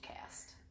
cast